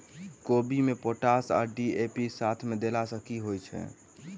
कोबी मे पोटाश आ डी.ए.पी साथ मे देला सऽ की होइ छै?